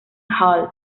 hall